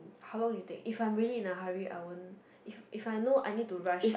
how long you take if I am really in a hurry I won't if if I know I need to rush